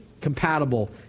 compatible